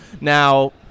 now